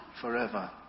forever